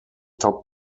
top